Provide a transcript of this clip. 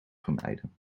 vermijden